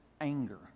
Anger